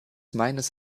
meines